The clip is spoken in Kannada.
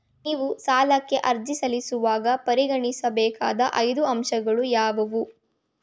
ನೀವು ಸಾಲಕ್ಕೆ ಅರ್ಜಿ ಸಲ್ಲಿಸುವಾಗ ಪರಿಗಣಿಸಬೇಕಾದ ಐದು ಅಂಶಗಳು ಯಾವುವು?